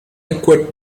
equipped